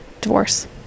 Divorce